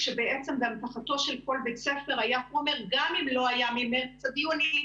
כשבעצם באמתחתו של כל בית ספר היה חומר גם אם לא היה ממארס עד יוני,